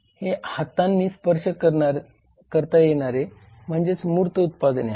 हे हातांनी स्पर्श करता येणारे म्हणजेच मूर्त उत्पादने आहेत